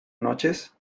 noches